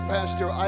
Pastor